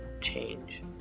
change